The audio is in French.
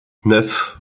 neuf